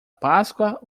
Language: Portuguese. páscoa